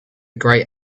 grey